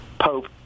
pope